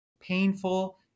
painful